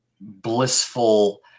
blissful